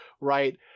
right